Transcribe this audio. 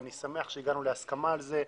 אני שמח שהגענו להסכמה על זה.